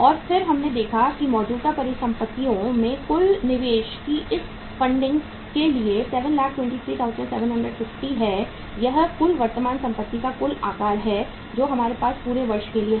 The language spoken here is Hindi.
और फिर हमने देखा कि मौजूदा परिसंपत्ति में कुल निवेश की इस फंडिंग के लिए 723750 है यह वर्तमान संपत्ति का कुल आकार है जो हमारे पास पूरे वर्ष के लिए है